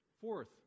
Fourth